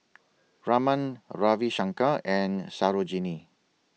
Raman Ravi Shankar and Sarojini